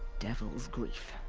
devil's grief.